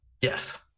Yes